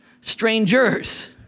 Strangers